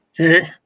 Okay